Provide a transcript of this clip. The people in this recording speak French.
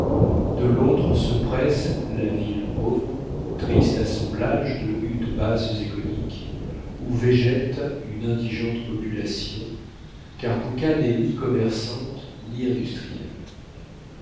de l'autre se presse la ville pauvre triste assemblage de huttes basses et coniques où végète une indigente population car kouka n'est ni commerçante ni industrielle